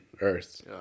earth